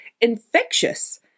infectious